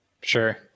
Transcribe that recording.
sure